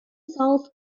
solved